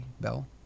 Bell